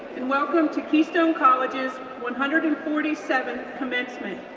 and welcome to keystone college's one hundred and forty seventh commencement.